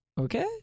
okay